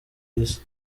isi